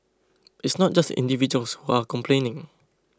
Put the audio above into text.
it's not just individuals who are complaining